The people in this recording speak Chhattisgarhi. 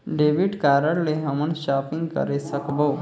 डेबिट कारड ले हमन शॉपिंग करे सकबो?